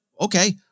okay